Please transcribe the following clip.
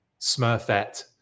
Smurfette